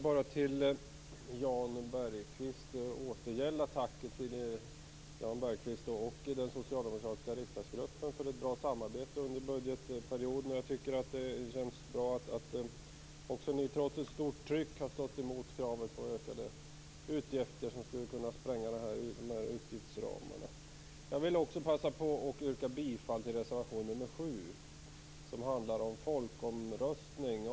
Fru talman! Jag vill bara återgälda tacket till Jan Bergqvist och den socialdemokratiska riksdagsgruppen för ett bra samarbete under budgetperioden. Jag tycker att det känns bra att också ni, trots ett stort tryck, har stått emot kraven på ökade utgifter som skulle kunna spränga de här utgiftsramarna. Jag vill också passa på att yrka bifall till reservation 7, som handlar om folkomröstning.